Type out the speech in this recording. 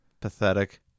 Pathetic